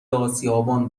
اسیابان